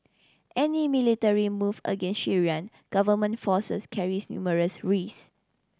any military move against Syrian government forces carries numerous risk